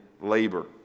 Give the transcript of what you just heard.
labor